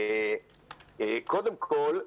קודם כל,